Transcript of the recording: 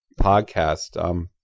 podcast